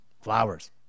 Flowers